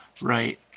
Right